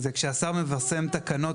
כשהשר מפרסם את התקנות,